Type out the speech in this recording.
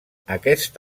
aquest